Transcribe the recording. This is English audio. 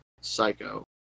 Psycho